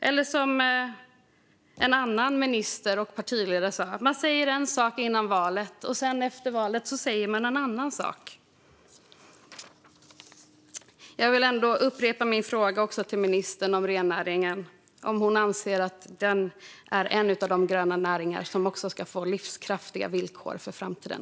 Eller som en annan minister, som även är partiledare, sa: Man säger en sak före valet, och efter valet säger man en annan sak. Jag vill upprepa min fråga om rennäringen till ministern. Anser ministern att den är en av de gröna näringar som ska få livskraftiga villkor för framtiden?